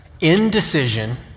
Indecision